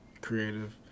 creative